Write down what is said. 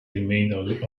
remained